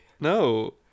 No